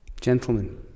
Gentlemen